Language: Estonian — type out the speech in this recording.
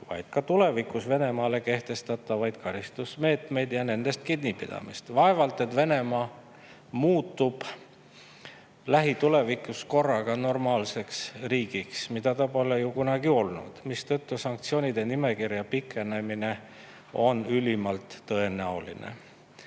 vaid ka tulevikus Venemaale kehtestatavaid karistusmeetmeid ja nendest kinnipidamist. Vaevalt et Venemaa muutub lähitulevikus korraga normaalseks riigiks – seda ta pole ju kunagi olnud –, mistõttu on sanktsioonide nimekirja pikenemine ülimalt tõenäoline.